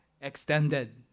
extended